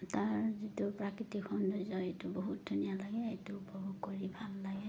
তাৰ যিটো প্ৰাকৃতিক সৌন্দৰ্য এইটো বহুত ধুনীয়া লাগে এইটো উপভোগ কৰি ভাল লাগে